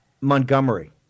Montgomery